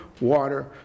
water